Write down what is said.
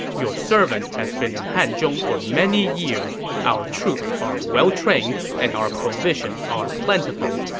your servant has been in hanzhong for many years. our troops are well-trained and our provisions are plentiful.